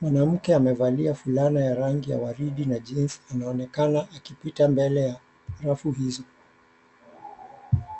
Mwanamke amevalia fulana ya rangi ya waridi na jeans anaonekana akipita mbele ya rafu hizo.